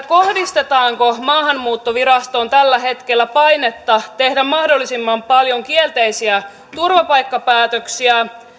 kohdistetaanko maahanmuuttovirastoon tällä hetkellä painetta tehdä mahdollisimman paljon kielteisiä turvapaikkapäätöksiä